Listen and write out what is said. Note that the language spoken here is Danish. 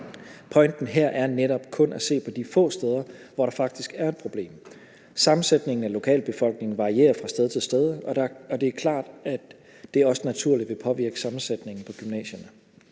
Pointen er her netop kun at se på de få steder, hvor der faktisk er et problem. Sammensætningen af lokalbefolkningen varierer fra sted til sted, og det er klart, at det også naturligt vil påvirke sammensætningen på gymnasierne.